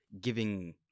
giving